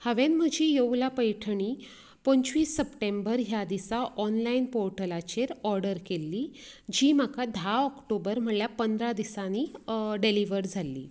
हांवेन म्हजी योवला पैठणी पंचवीस सप्टेंबर ह्या दिसा ऑनलायन पोर्टलाचेर ऑर्डर केल्ली जी म्हाका धा ऑक्टोबर म्हळ्यार पंदरा दिसांनी डिल्हीवर जाल्ली